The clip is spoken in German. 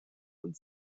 und